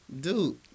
Dude